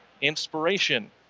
inspiration